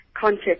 concept